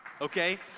okay